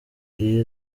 iyi